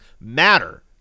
matter